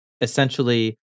essentially